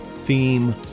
theme